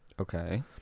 Okay